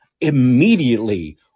immediately